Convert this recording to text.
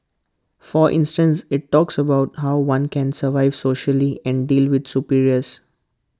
for instance IT talks about how one can survive socially and deal with superiors